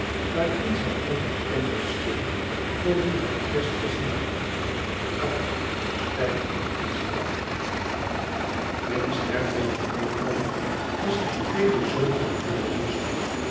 waarin zij onherkenbaar scheen voor wie haar eerst gezien had koud stijf en strak prins herman van gothland was de tweede zoon harer zuster